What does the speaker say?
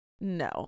No